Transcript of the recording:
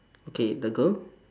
okay the girl